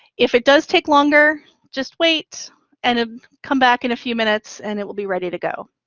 if it does take longer, just wait and ah come back in a few minutes and it will be ready to go.